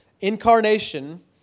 incarnation